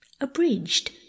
Abridged